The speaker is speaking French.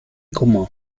comment